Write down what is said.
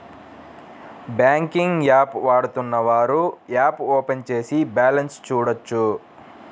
banking app వాడుతున్నవారు app open చేసి balance చూడొచ్చు